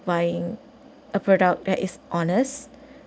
buying a product that is honest